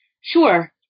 Sure